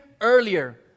earlier